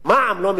מע"מ לא משלמים?